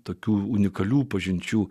tokių unikalių pažinčių